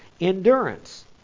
endurance